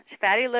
Fatty